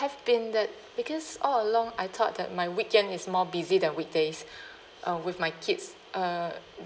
been that because all along I thought that my weekend is more busy than weekdays uh with my kids uh